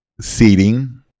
seating